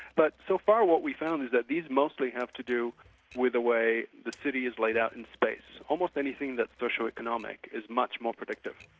but so far what we found is that these mostly have to do with the way the city is laid out in space almost anything that's socioeconomic, is much more predictive.